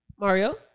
Mario